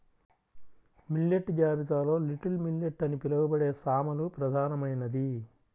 millet జాబితాలో little millet అని పిలవబడే సామలు ప్రధానమైనది